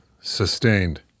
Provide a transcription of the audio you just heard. Sustained